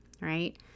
right